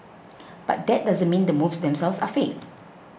but that doesn't mean the moves themselves are fake